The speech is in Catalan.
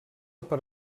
per